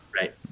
Right